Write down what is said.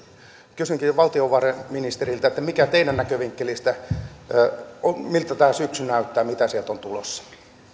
kysynkin valtiovarainministeriltä miltä teidän näkövinkkelistänne tämä syksy näyttää mitä sieltä on tulossa